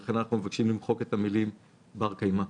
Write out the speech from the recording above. לכן אנחנו מבקשים למחוק את המילים "בר קיימא".